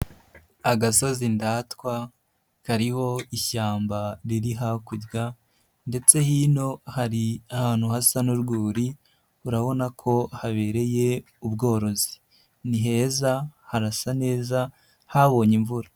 Agasozi ndatwa kariho ishyamba riri hakurya ndetse hino hari ahantu hasa n'urwuri urabona ko habereye ubworozi ni heza, harasa neza, habonye imvura.